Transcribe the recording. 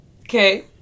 Okay